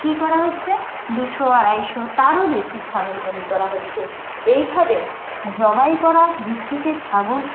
কি করা হচ্ছে দুশো আড়াইশো তারও বেশী ছাগল বলি করা হচ্ছে এইভাবে জবাই করার দিক থেকে ছাগল